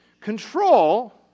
Control